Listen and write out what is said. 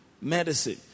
Medicine